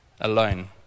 alone